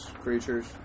creatures